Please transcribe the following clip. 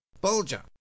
Bulger